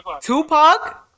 Tupac